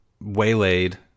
waylaid